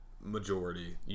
majority